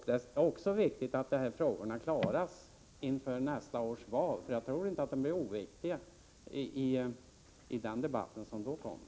Det är också viktigt att frågan avklaras inför nästa års val, för jag tror att den inte är oviktig i den kommande debatten.